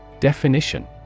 Definition